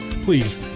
Please